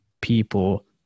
people